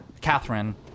Catherine